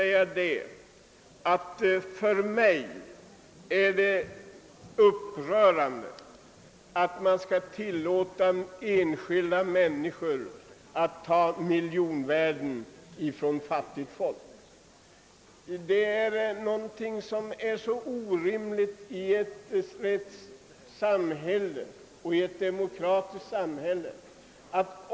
Det är upprörande att vi tillåter enskilda människor att roffa åt sig miljonvärden från fattigt folk. Det borde vara omöjligt i ett demokratiskt samhälle.